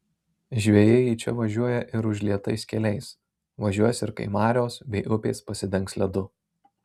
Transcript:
žvejai į čia važiuoja ir užlietais keliais važiuos ir kai marios bei upės pasidengs ledu